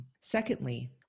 Secondly